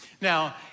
Now